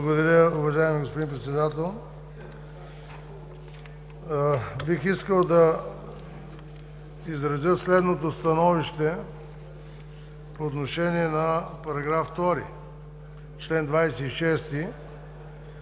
Благодаря, уважаеми господин Председател. Бих искал да изразя следното становище по отношение на § 2, чл. 26,